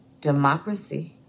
democracy